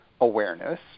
awareness